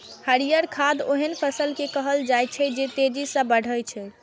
हरियर खाद ओहन फसल कें कहल जाइ छै, जे तेजी सं बढ़ै छै